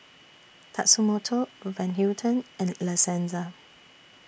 Tatsumoto Van Houten and La Senza